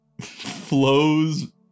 flows